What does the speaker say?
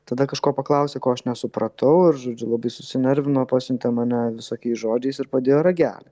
tada kažko paklausė ko aš nesupratau ir žodžiu labai susinervino pasiuntė mane visokiais žodžiais ir padėjo ragelį